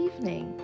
evening